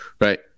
right